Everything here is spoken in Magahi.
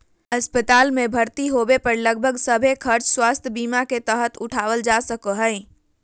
अस्पताल मे भर्ती होबे पर लगभग सभे खर्च स्वास्थ्य बीमा के तहत उठावल जा सको हय